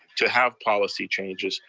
to have policy changes,